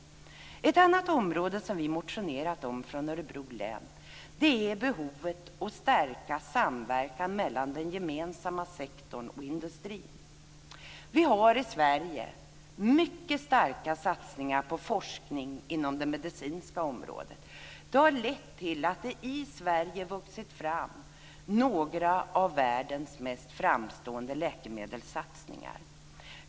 Ett annat område som vi har motionerat om från Örebro län är behovet att stärka samverkan mellan den gemensamma sektorn och industrin. Vi har i Sverige mycket starka satsningar på forskning inom det medicinska området. Det har lett till att det i Sverige vuxit fram några av världens mest framstående läkemedelssatsningar.